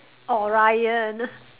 Orion